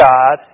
God